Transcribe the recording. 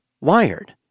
WIRED